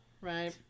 right